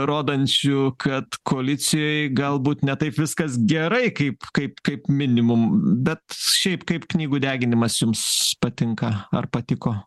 rodančių kad koalicijoj galbūt ne taip viskas gerai kaip kaip kaip minimum bet šiaip kaip knygų deginimas jums patinka ar patiko